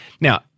Now